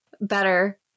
better